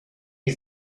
you